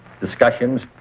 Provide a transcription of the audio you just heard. discussions